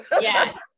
Yes